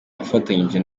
afatanyije